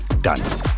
done